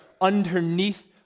underneath